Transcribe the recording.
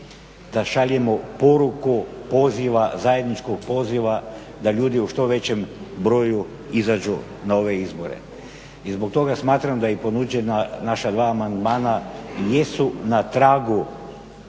da šaljemo poruku poziva, zajedničkog poziva da ljudi u što većem broju izađu na ove izbore. I zbog toga smatram da i ponuđena naša dva amandmana jesu na tragu